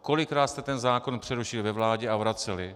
Kolikrát jste ten zákon přerušili ve vládě a vraceli?